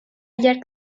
llarg